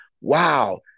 wow